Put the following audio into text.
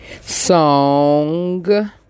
song